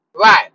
Right